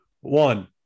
One